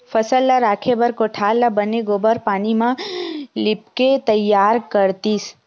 फसल ल राखे बर कोठार ल बने गोबार पानी म लिपके तइयार करतिस